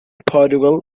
portugal